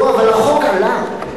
לא, אבל החוק עלה.